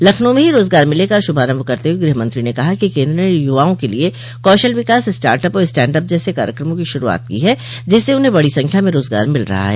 लखनऊ में ही रोजगार मेले का शुभारम्भ करते हुए गुहमंत्री ने कहा कि केन्द्र ने यूवाओं के लिए कौशल विकस स्टार्टअप और स्टैंडअप जैसे कार्यक्रमों की शुरूआत की है जिससे उन्हें बड़ी संख्या में रोजगार मिल रहा है